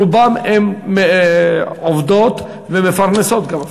רובן עובדות ומפרנסות גם,